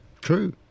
True